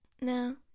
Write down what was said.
No